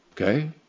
Okay